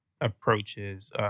approaches